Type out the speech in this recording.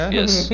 yes